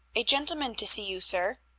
a gentleman to see you, sir.